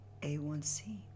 A1C